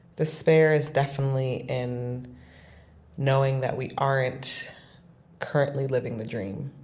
despair is definitely in knowing that we aren't currently living the dream